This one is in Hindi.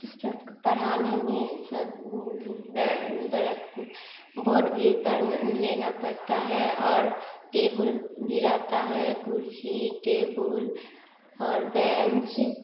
शिक्षक पढ़ाने में सब बै बलेक बोर्ड भी पड़ लेना पड़ता है और टेबुल भी रहता है कुर्सी टेबुल और बेंच